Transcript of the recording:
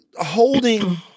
holding